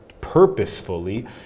purposefully